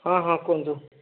ହଁ ହଁ କୁହନ୍ତୁ